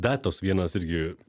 dar toks vienas irgi